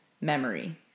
memory